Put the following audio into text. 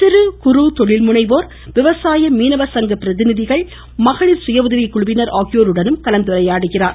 சிறு குறு தொழில் முனைவோர் விவசாய மீனவ சங்க பிரதிநிதிகள் மகளிர் சுய உதவி குழுவினர் ஆகியோருடன் கலந்துரையாடுகிறார்